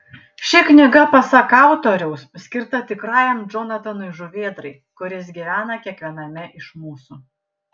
ši knyga pasak autoriaus skirta tikrajam džonatanui žuvėdrai kuris gyvena kiekviename iš mūsų